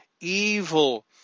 Evil